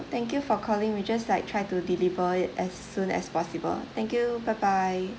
thank you for calling we just like try to deliver it as soon as possible thank you bye bye